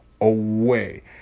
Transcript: away